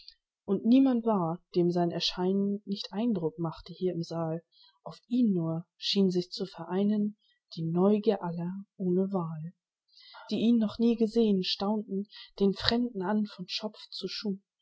und niemand war dem sein erscheinen nicht eindruck machte hier im saal auf ihn nur schien sich zu vereinen die neugier aller ohne wahl die ihn noch nie gesehen staunten den fremden an von schopf zu